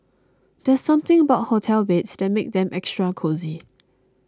there's something about hotel beds that makes them extra cosy